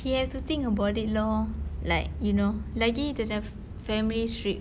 he have to think about it lor like you know lagi dia sudah family strict